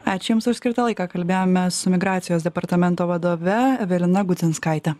ačiū jums už skirtą laiką kalbėjomės su migracijos departamento vadove evelina gudzinskaite